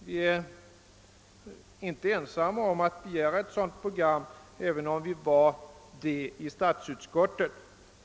Vi är på folkpartihåll inte ensamma om att begära ett sådant program, även om vi var det i statsutskottet.